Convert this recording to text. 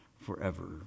forever